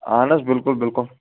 اَہَن حظ بِکُل بِلکُل